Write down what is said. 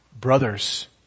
Brothers